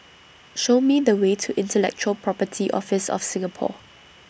Show Me The Way to Intellectual Property Office of Singapore